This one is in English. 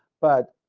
but